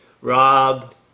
Rob